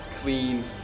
clean